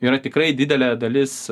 yra tikrai didelė dalis